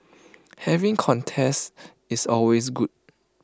having contests is always good